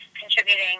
contributing